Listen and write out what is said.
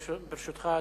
ברשותך,